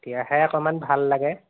তেতিয়াহে অকণমান ভাল লাগে